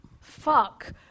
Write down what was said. Fuck